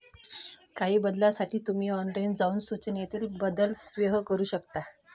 काही बदलांसाठी तुम्ही ऑनलाइन जाऊन सूचनेतील बदल सेव्ह करू शकता